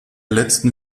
letzten